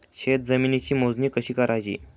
शेत जमिनीची मोजणी कशी करायची?